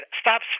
stop